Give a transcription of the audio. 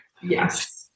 yes